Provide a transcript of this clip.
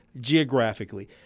geographically